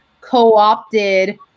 co-opted